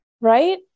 right